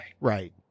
right